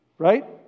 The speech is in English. Right